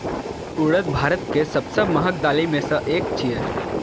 उड़द भारत के सबसं महग दालि मे सं एक छियै